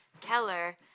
Keller